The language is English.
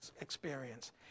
experience